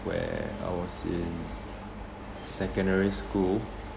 where I was in secondary school